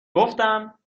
گفتم